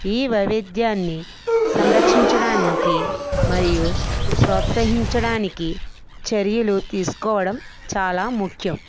ఈ వైవిధ్యాన్ని సంరక్షించడానికి మరియు ప్రోత్సహించడానికి చర్యలు తీసుకోవడం చాలా ముఖ్యం